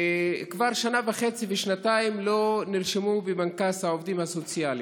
כבר שנה וחצי ושנתיים לא נרשמו בפנקס העובדים הסוציאליים,